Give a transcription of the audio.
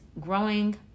growing